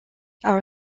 our